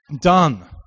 Done